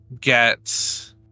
get